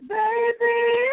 baby